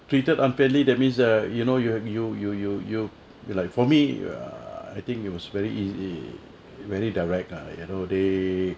treated unfairly that means err you know you you you you you you like for me err I think it was very easy very direct ah you know they